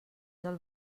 del